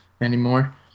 anymore